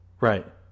right